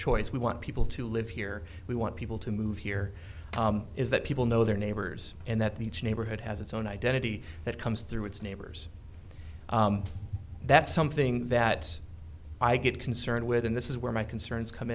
choice we want people to live here we want people to move here is that people know their neighbors and that the each neighborhood has its own identity that comes through its neighbors that's something that i get concerned with and this is where my concerns come